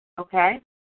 Okay